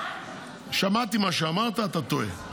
שמעתי את מה שאמרת, אתה טועה.